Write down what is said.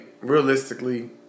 realistically